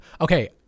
okay